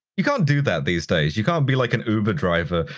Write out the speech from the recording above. you can't do that these days. you can't be like an uber driver,